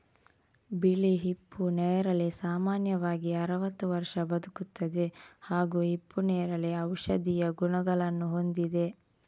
ಬಿಳಿ ಹಿಪ್ಪು ನೇರಳೆ ಸಾಮಾನ್ಯವಾಗಿ ಅರವತ್ತು ವರ್ಷ ಬದುಕುತ್ತದೆ ಹಾಗೂ ಹಿಪ್ಪುನೇರಳೆ ಔಷಧೀಯ ಗುಣಗಳನ್ನು ಹೊಂದಿದೆ